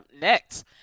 next